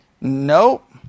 Nope